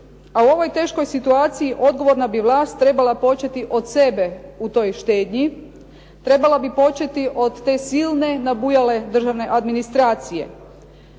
u ovoj teškoj situaciji odgovorna bi vlast trebala početi od sebe u toj štednji, trebala bi početi od te silne nabujale državne administracije.